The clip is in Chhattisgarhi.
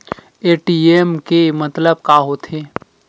ए.टी.एम के मतलब का होथे?